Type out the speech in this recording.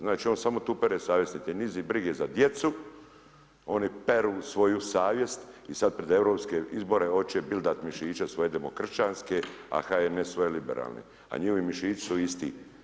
Znači on samo tu pere savjest, nit je nizi brige za djecu oni peru svoju savjest i sad pred europske izbore oće bildat mišiće svoje demokršćanske, a HNS svoje liberalne, a njiovi mišići su isti.